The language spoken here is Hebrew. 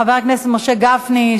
חבר הכנסת משה גפני,